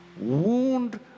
wound